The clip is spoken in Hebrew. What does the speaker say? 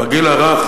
בגיל הרך,